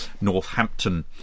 Northampton